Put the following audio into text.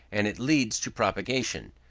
and it leads to propagation.